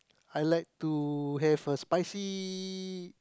I like to have a spicy